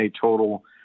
total